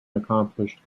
accomplished